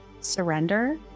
surrender